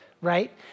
right